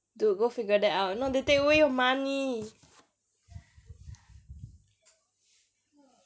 dude go figure that out if not they take away your money